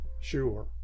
sure